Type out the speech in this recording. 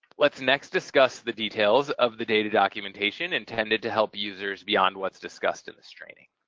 let's next discuss the details of the data documentation intended to help users beyond what's discussed in this training.